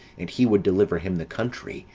and he would deliver him the country,